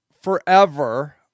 forever